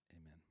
Amen